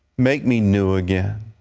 make me new again.